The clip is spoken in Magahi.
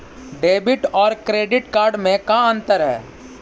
डेबिट और क्रेडिट कार्ड में का अंतर है?